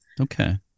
Okay